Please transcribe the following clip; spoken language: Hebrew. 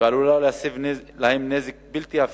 והיא עלולה להסב להם נזק בלתי הפיך.